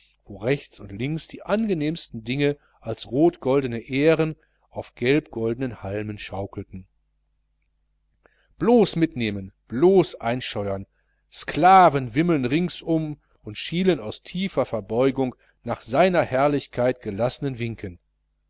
wo rechts und links die angenehmsten dinge als rotgoldene ähren auf gelbgoldenen halmen schaukelten blos mitnehmen blos einscheuern sklaven wimmeln ringsum und schielen aus tiefer verbeugung nach seiner herrlichkeit gelassenen winken